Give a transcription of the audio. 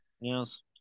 Yes